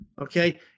okay